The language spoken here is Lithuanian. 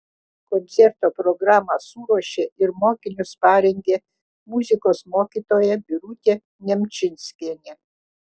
koncerto programą suruošė ir mokinius parengė muzikos mokytoja birutė nemčinskienė